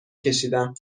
کشیدم